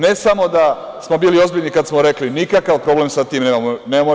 Ne samo da smo bili ozbiljni kad smo rekli nikakav problem sa tim nemamo.